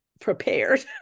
prepared